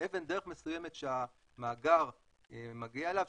מאבן דרך מסוימת שהמאגר מגיע אליו,